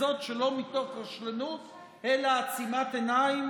וזאת שלא מתוך רשלנות אלא עצימת עיניים,